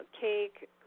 cake